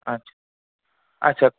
আচ্ছা আচ্ছা